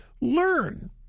learn